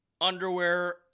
underwear